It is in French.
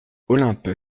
olympe